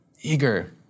Eager